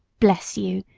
bless you!